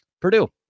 Purdue